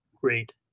great